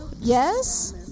Yes